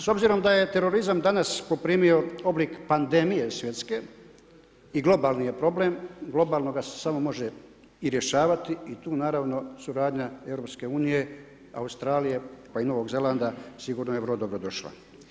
S obzirom da je terorizam danas poprimio oblik pandemije svjetske i globalni je problem, globalno ga se samo može i rješavati i tu naravno suradnja EU, Australije, pa i Novog Zelanda, sigurno je vrlo dobro došla.